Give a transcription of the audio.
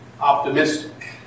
optimistic